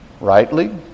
rightly